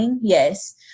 yes